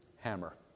Hammer